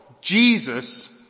Jesus